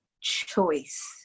choice